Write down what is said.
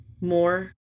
more